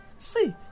See